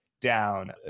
down